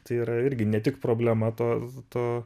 tai yra irgi ne tik problema to to